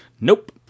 Nope